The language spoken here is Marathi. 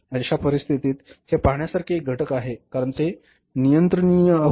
अशा परिस्थितीत हे पहाण्यासारखे एक घटक आहे कारण ते नियंत्रणीय होते